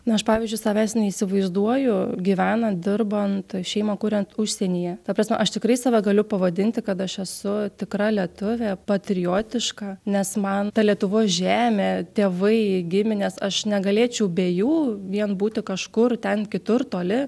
na aš pavyzdžiui savęs neįsivaizduoju gyvenant dirbant šeimą kuriant užsienyje ta prasme aš tikrai save galiu pavadinti kad aš esu tikra lietuvė patriotiška nes man ta lietuvos žemė tėvai giminės aš negalėčiau be jų vien būti kažkur ten kitur toli